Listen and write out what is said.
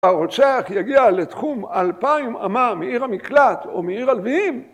הרUצח יגיע לתחום אלפיים אמה מעיר המקלט או מעיר הלווים